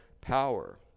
power